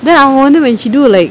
then I wonder when she do like